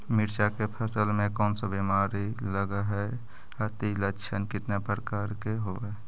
मीरचा के फसल मे कोन सा बीमारी लगहय, अती लक्षण कितने प्रकार के होब?